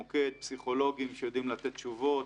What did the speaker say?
מוקד פסיכולוגים שיודעים לתת תשובות,